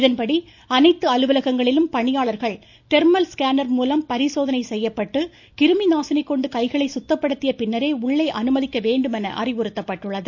இதன்படி அனைத்து அலுவலகங்களிலும் பணியாளர்கள் தெர்மல் ஸ்கேனர் மூலம் பரிசோதனை செய்யப்பட்டு கிருமிநாசினி கொண்டு கைகளை சுத்தப்படுத்திய பின்னரே உள்ளே அனுமதிக்க வேண்டும் என அறிவுறுத்தப்பட்டுள்ளது